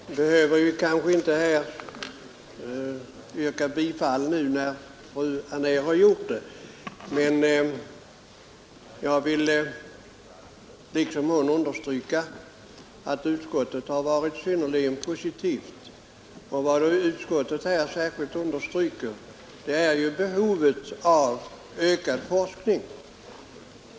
Herr talman! Jag behöver kanske inte yrka bifall till utskottets hemställan nu när fru Anér har gjort det. Men jag vill liksom hon understryka att utskottet har varit synnerligen positivt. Utskottet har särskilt understrukit behovet av ökad forskning.